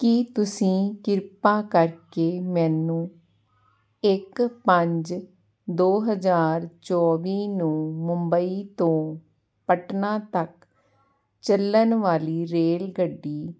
ਕੀ ਤੁਸੀਂ ਕਿਰਪਾ ਕਰਕੇ ਮੈਨੂੰ ਇੱਕ ਪੰਜ ਦੋ ਹਜ਼ਾਰ ਚੌਵੀ ਨੂੰ ਮੁੰਬਈ ਤੋਂ ਪਟਨਾ ਤੱਕ ਚੱਲਣ ਵਾਲੀ ਰੇਲਗੱਡੀ